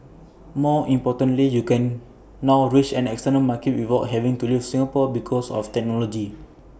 more importantly you can now reach an external market without having to leave Singapore because of technology